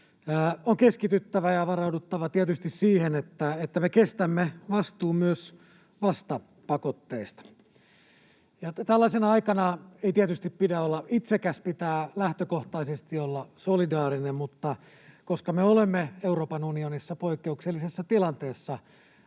on keskityttävä ja varauduttava tietysti siihen, että me kestämme vastuun myös vastapakotteista. Tällaisena aikana ei tietystikään pidä olla itsekäs, pitää lähtökohtaisesti olla solidaarinen, mutta koska me olemme Euroopan unionissa poikkeuksellisessa tilanteessa